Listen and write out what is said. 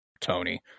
Tony